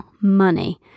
money